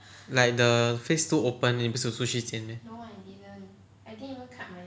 like the face two open then 你不是出去剪 meh